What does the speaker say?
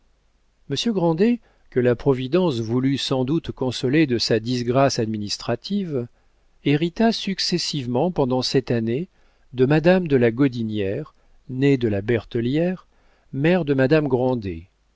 grandet que la providence voulut sans doute consoler de sa disgrâce administrative hérita successivement pendant cette année de madame de la gaudinière née de la bertellière mère de madame grandet